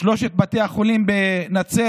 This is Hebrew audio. שלושת בתי החולים בנצרת.